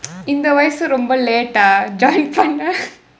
இந்த வயசு ரொம்ப:intha vayasu romba late ah join பண்ண:panna